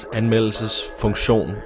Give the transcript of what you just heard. anmeldelsesfunktion